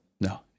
No